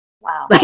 Wow